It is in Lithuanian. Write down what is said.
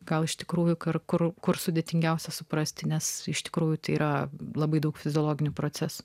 ką iš tikrųjų kažkur kur sudėtingiausia suprasti nes iš tikrųjų yra labai daug fiziologinių procesų